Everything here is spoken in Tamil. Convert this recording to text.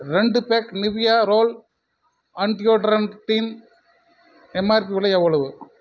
ரெண்டு பேக் நிவ்யா ரோல் ஆன் டியோடரண்ட்டின் எம்ஆர்பி விலை எவ்வளவு